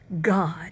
God